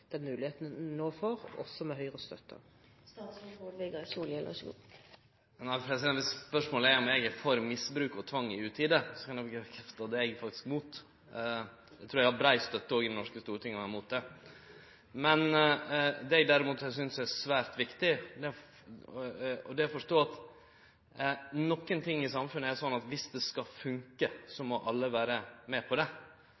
den muligheten man nå får – også med Høyres støtte. Om spørsmålet er om eg er for misbruk og tvang i utide, er nok svaret at det er eg faktisk imot. Eg trur det vil ha brei støtte i Det norske storting å vere imot det. Det som eg derimot synest er svært viktig, er å forstå at nokre ting i samfunnet er slik at dersom det skal funke,